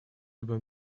любым